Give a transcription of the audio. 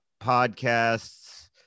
podcasts